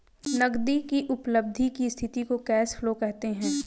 नगदी की उपलब्धि की स्थिति को कैश फ्लो कहते हैं